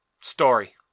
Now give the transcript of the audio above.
story